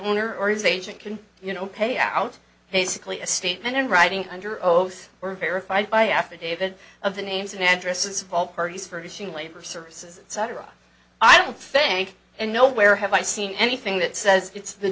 owner or his agent can you know pay out basically a statement in writing under oath or verified by affidavit of the names and addresses of all parties for additional labor services etc i don't think and nowhere have i seen anything that says it's the